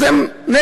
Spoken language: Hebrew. אז הם נגד.